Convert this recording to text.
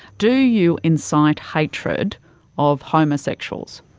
do you incite hatred of homosexuals?